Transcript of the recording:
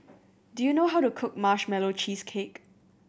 do you know how to cook Marshmallow Cheesecake